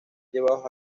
llevados